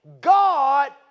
God